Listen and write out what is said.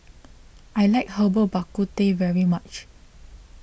I like Herbal Bak Ku Teh very much